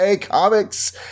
comics